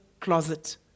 closet